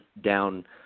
down